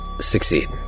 succeed